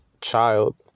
child